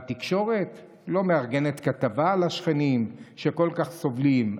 והתקשורת לא מארגנת כתבה על השכנים שכל כך סובלים,